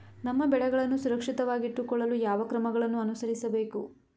ನಮ್ಮ ಬೆಳೆಗಳನ್ನು ಸುರಕ್ಷಿತವಾಗಿಟ್ಟು ಕೊಳ್ಳಲು ಯಾವ ಕ್ರಮಗಳನ್ನು ಅನುಸರಿಸಬೇಕು?